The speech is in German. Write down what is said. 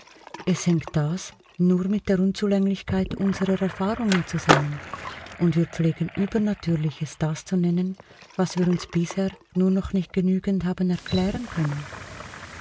es hängt das nur mit der unzulänglichkeit unserer erfahrungen zusammen und wir pflegen übernatürliches das zu nennen was wir uns bisher nur noch nicht genügend haben erklären können